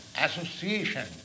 association